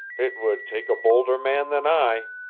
it would take a bolder man than i,